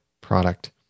product